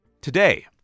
Today